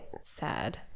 sad